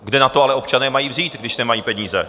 Kde na to ale občané mají vzít, když nemají peníze?